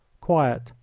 quiet,